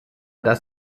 dass